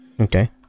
Okay